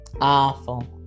awful